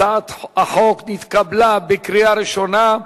הצעת החוק נתקבלה בקריאה ראשונה,